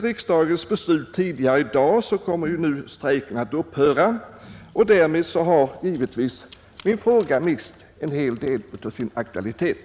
Riksdagens beslut tidigare i dag innebär att strejken nu kommer att upphöra, och därmed har givetvis min fråga mist en del av sin aktualitet.